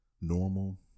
normal